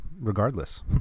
regardless